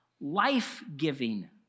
life-giving